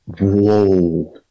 Whoa